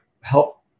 help